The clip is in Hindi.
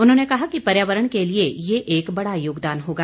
उन्होंने कहा कि पर्यावरण के लिए यह एक बड़ा योगदान होगा